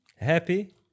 Happy